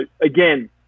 again